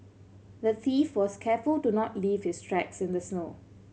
the thief was careful to not leave his tracks in the snow